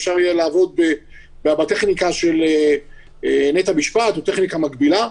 אפשר יהיה לעבוד בטכניקה של בתי-המשפט או בטכניקה מקבילה.